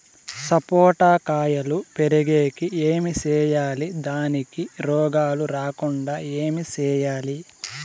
సపోట కాయలు పెరిగేకి ఏమి సేయాలి దానికి రోగాలు రాకుండా ఏమి సేయాలి?